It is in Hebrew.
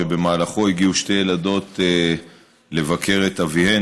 שבמהלכו הגיעו שתי ילדות לבקר את אביהן